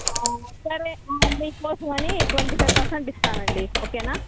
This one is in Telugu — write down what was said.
సరే మీ కోసమని ట్వంటీ ఫైవ్ పర్సెంట్ ఇస్తానండి ఓకేనా